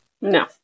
No